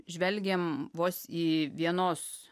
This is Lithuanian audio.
žvelgiam vos į vienos